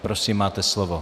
Prosím, máte slovo.